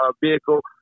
vehicle